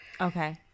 okay